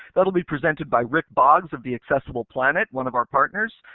that will be presented by rick boggs, of the accessible planet, one of our partners.